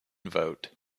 vote